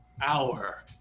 hour